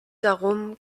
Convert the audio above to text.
darum